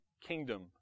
kingdom